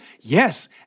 Yes